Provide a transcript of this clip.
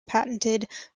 patented